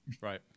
right